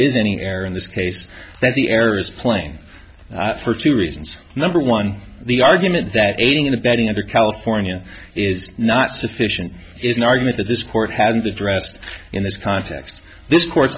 is any error in this case that the error is playing for two reasons number one the argument that aiding and abetting under california is not sufficient is an argument that this court has addressed in this context this cour